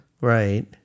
Right